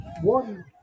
One